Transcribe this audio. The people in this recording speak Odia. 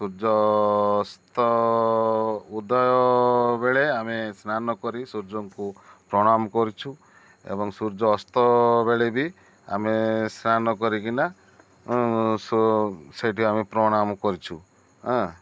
ସୂର୍ଯ୍ୟ ଅସ୍ତ ଉଦୟ ବେଳେ ଆମେ ସ୍ନାନ କରି ସୂର୍ଯ୍ୟଙ୍କୁ ପ୍ରଣାମ କରିଛୁ ଏବଂ ସୂର୍ଯ୍ୟ ଅସ୍ତବେଳେ ବି ଆମେ ସ୍ନାନ କରିକିନା ସେଇଠି ଆମେ ପ୍ରଣାମ କରିଛୁଁ